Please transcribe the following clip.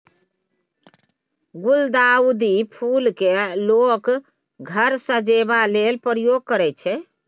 गुलदाउदी फुल केँ लोक घर सजेबा लेल प्रयोग करय छै